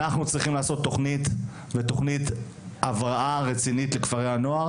אנחנו צריכים לעשות תכנית ותכנית הבראה רצינית לכפרי הנוער